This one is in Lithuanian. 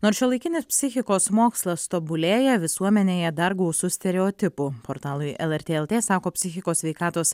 nors šiuolaikinis psichikos mokslas tobulėja visuomenėje dar gausu stereotipų portalui lrt lt sako psichikos sveikatos